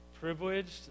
privileged